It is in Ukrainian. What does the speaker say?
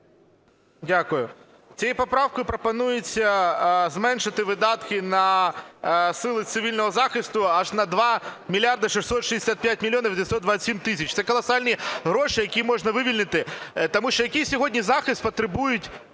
Дякую. Цією поправкою пропонується зменшити видатки на сили цивільного захисту аж на 2 мільярди 665 мільйонів 927 тисяч. Це колосальні гроші, які можна вивільнити. Тому що який сьогодні захист потребують